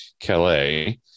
Calais